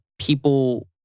people